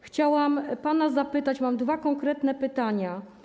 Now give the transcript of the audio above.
Chciałam pana zapytać, bo mam dwa konkretne pytania.